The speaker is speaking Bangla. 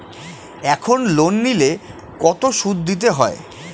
এখন লোন নিলে কত সুদ দিতে হয়?